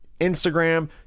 Instagram